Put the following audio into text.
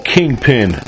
Kingpin